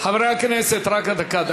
חברי הכנסת, רק דקה.